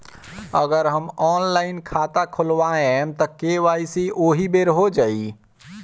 अगर हम ऑनलाइन खाता खोलबायेम त के.वाइ.सी ओहि बेर हो जाई